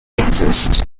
exist